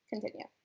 Continue